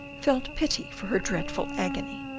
felt pity for her dreadful agony.